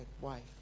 wife